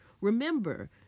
Remember